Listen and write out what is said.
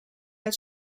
that